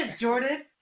Jordan